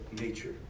nature